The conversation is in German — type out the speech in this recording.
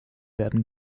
werden